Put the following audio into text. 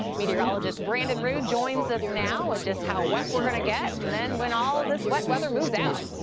meteorologist brandon roux joins us now with just how wet we're going to get. then when all this wet weather moves out.